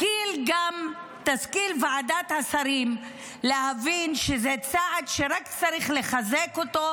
תשכיל גם ועדת השרים להבין שזה צעד שרק צריך לחזק אותו